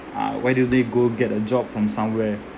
uh why don't they go get a job from somewhere